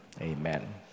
amen